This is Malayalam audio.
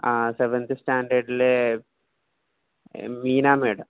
ആ സെവൻത് സ്റ്റാൻഡേർഡിൽ മീന മാഡം